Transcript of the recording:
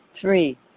Three